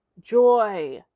joy